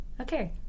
Okay